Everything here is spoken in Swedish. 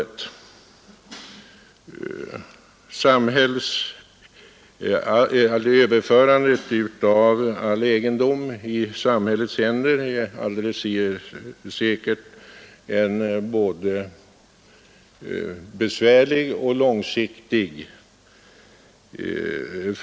Ett överförande av all egendom i samhällets händer är säkerligen en fråga, som är både besvärlig och långsiktig.